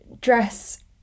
dress